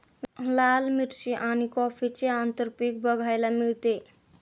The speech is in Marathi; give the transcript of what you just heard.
लाल मिरची आणि कॉफीचे आंतरपीक बघायला मिळते